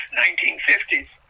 1950s